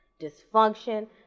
dysfunction